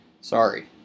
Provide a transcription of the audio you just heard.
sorry